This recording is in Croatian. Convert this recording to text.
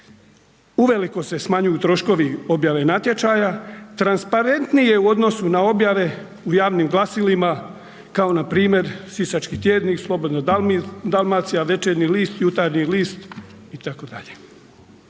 uveliko se smanjuju troškovi objave natječaja, transparentnije u odnosu na objave u javnim glasilima kao npr. Sisački tjednik, Slobodna Dalmacija, Večernji list, Jutarnji list itd..